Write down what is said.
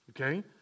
Okay